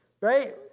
right